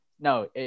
No